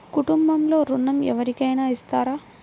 కుటుంబంలో ఋణం ఎవరికైనా ఇస్తారా?